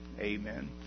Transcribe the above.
amen